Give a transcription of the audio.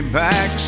back